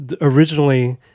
originally